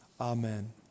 amen